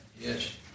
Yes